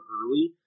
early